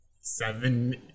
Seven